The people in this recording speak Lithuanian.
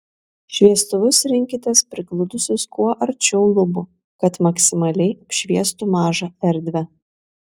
šviestuvus rinkitės prigludusius kuo arčiau lubų kad maksimaliai apšviestų mažą erdvę